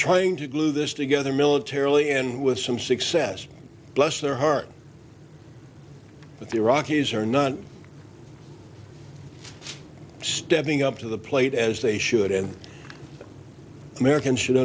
trying to glue this together militarily and with some success bless their heart but the iraqis are not stepping up to the plate as they should and americans should